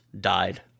died